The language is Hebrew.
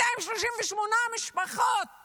238 משפחות